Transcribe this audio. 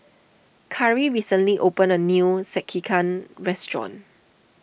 Karri recently opened a new Sekihan restaurant